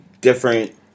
different